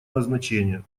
назначения